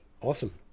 awesome